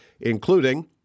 including